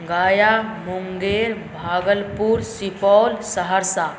Gaya Munger Bhagalpur Supaul Saharsa